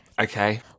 Okay